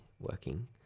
working